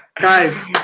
guys